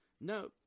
No